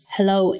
Hello